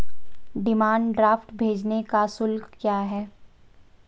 Demand draft भेजने का शुल्क क्या है?